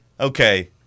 okay